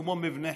כמו מבני חינוך,